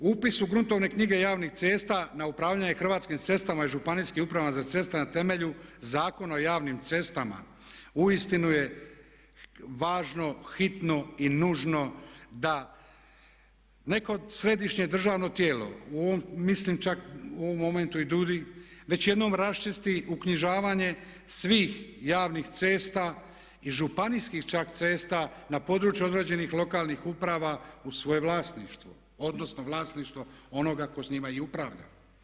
Upis u gruntovne knjige javnih cesta na upravljanje Hrvatskim cestama i županijskim upravama za ceste na temelju Zakona o javnim cestama uistinu je važno, hitno i nužno da neka središnje državno tijelo, u ovom mislim čak, u ovom momentu i DUDI već jednom raščisti uknjižavanje svih javnih cesta i županijskih čak cesta na području odrađenih lokalnih uprava u svoje vlasništvo, odnosno vlasništvo onoga tko s njima i upravlja.